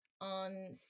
on